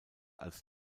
als